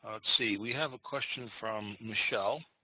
ah let's see. we have a question from michelle